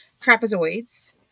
Trapezoids